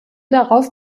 darauf